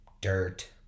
dirt